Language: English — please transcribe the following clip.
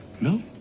No